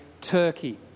Turkey